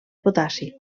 potassi